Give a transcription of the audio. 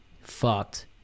fucked